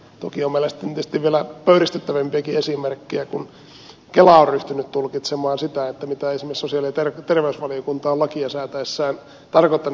toki on meillä sitten tietysti vielä pöyristyttävämpiäkin esimerkkejä kun kela on ryhtynyt tulkitsemaan sitä mitä esimerkiksi sosiaali ja terveysvaliokunta on lakia säätäessään tarkoittanut